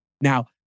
Now